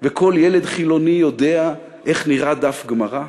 וכל ילד חילוני יודע איך נראה דף גמרא?